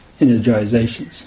energizations